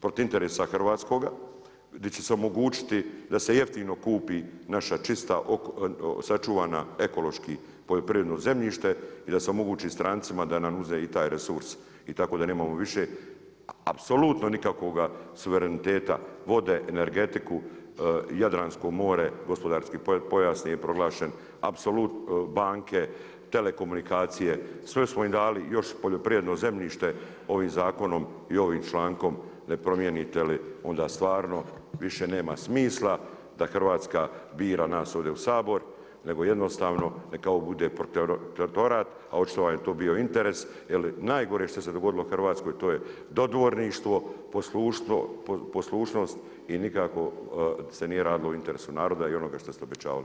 Protiv interesa hrvatskoga, gdje će se omogućiti da se jeftino kupi naša čista sačuvana ekološki poljoprivredno zemljište i da se omogući strancima da nam uzme i taj resurs, i tako da nemamo više apsolutno nikakvoga suvereniteta, vode, energetiku, jadransko more, gospodarski pojas nije proglašen, apsolutno banke, telekomunikacije sve smo im dali i još poljoprivredno zemljište ovim zakonom i ovim člankom, ne promijenite li onda stvarno više nema smisla da Hrvatska bira nas ovdje u Sabor nego jednostavno neka ovo bude … a očito vam je to bio interes jer najgore što se dogodilo Hrvatskoj to je dodvorništvo, poslušnost i nikako se nije radilo u interesu naroda i onoga što ste obećavali.